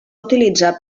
utilitzar